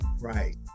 Right